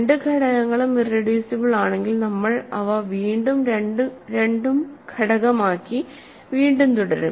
രണ്ട് ഘടകങ്ങളും ഇറെഡ്യൂസിബിൾ ആണെങ്കിൽ നമ്മൾ അവ രണ്ടും ഘടകമാക്കി വീണ്ടും തുടരും